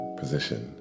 position